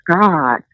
God